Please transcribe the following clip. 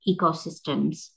ecosystems